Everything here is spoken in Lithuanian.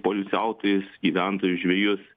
poilsiautojus gyventojus žvejus